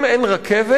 אם אין רכבת,